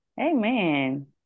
amen